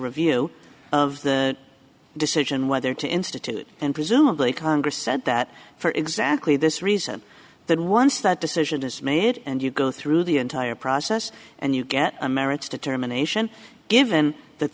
review of the decision whether to institute and presumably congress said that for exactly this reason then once that decision is made and you go through the entire process and you get a merits determination given that